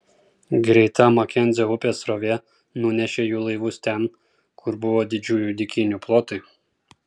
greita makenzio upės srovė nunešė jų laivus ten kur buvo didžiųjų dykynių plotai